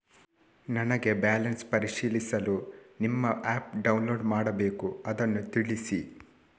ನನಗೆ ಬ್ಯಾಲೆನ್ಸ್ ಪರಿಶೀಲಿಸಲು ನಿಮ್ಮ ಆ್ಯಪ್ ಡೌನ್ಲೋಡ್ ಮಾಡಬೇಕು ಅದನ್ನು ತಿಳಿಸಿ?